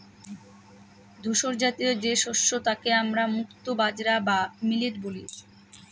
ধূসরজাতীয় যে শস্য তাকে আমরা মুক্তো বাজরা বা মিলেট বলি